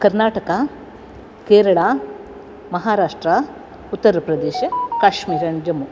कर्नाटका केरळा महाराष्ट्रः उत्तरप्रदेशः काश्मीर् अण्ड् जम्मु